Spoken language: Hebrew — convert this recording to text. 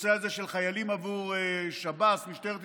הנושא הזה של חיילים עבור שב"ס ומשטרת ישראל,